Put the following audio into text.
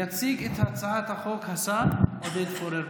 יציג את הצעת החוק השר עודד פורר.